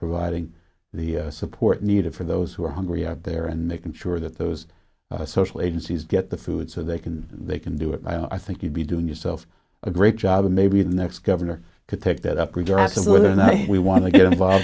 providing the support needed for those who are hungry are there and making sure that those social agencies get the food so they can they can do it i think you'd be doing yourself a great job or maybe the next governor to take that up regardless of whether or not we want to get